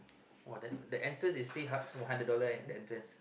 oh the entrance is three hu~ hundred dollar leh the entrance